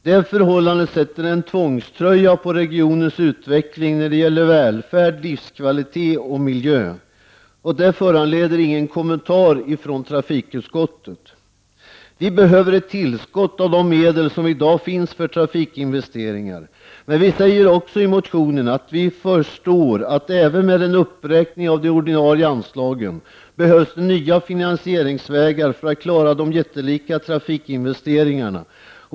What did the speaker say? Detta förhållande sätter en tvångströja på regionens utveckling när det gäller välfärd, livskvalitet och miljö. Detta föranleder ingen kommentar från trafikutskttet. Vi behöver tillskott av de medel som i dag finns för trafikinvesteringar. Vi säger dock i motionen att vi förstår att även med en uppräkning av de ordinarie anslagen behövs det nya finansieringsvägar för att klara de jättelika trafikinvesteringarna.